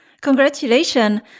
Congratulations